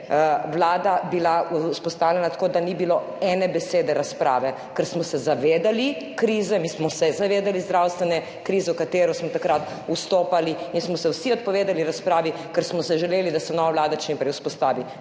vlada vzpostavljena tako, da ni bilo ene besede razprave, ker smo se zavedali krize. Mi smo se zavedali zdravstvene krize, v katero smo takrat vstopali, in smo se vsi odpovedali razpravi, ker smo si želeli, da se nova vlada čim prej vzpostavi.